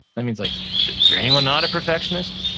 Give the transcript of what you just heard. that means like, is there anyone not a perfectionist?